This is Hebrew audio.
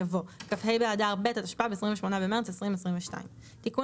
יבוא כ"ה באדר ב' התשפ"ב (28 במרס 2022)". תיקון